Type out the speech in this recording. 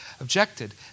objected